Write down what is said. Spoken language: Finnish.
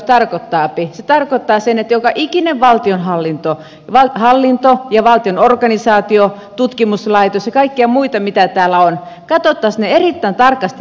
se tarkoittaa sitä että joka ikinen valtionhallinto hallinto ja valtion organisaatio tutkimuslaitos ja kaikki muut mitä täällä on katsottaisiin erittäin tarkasti läpi